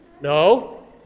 No